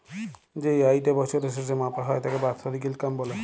যেই আয়িটা বছরের শেসে মাপা হ্যয় তাকে বাৎসরিক ইলকাম ব্যলে